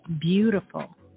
beautiful